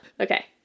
Okay